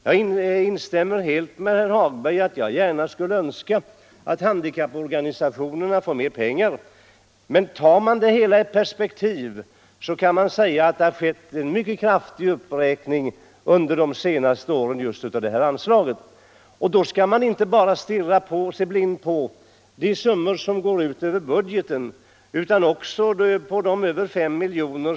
Jag instämmer helt med herr Hagberg och skulle gärna önska att handikapporganisationerna fick mer pengar. Men ser man frågan i ett längre tidsperspektiv kan man konstatera att det har skett en mycket kraftig uppräkning de senaste åren av just detta anslag. Då skall man inte bara stirra sig blind på de summor som går över budgeten, utan också se på de 5 milj. kt.